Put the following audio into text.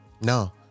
no